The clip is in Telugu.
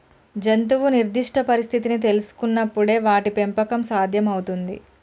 జంతువు నిర్దిష్ట పరిస్థితిని తెల్సుకునపుడే వాటి పెంపకం సాధ్యం అవుతుంది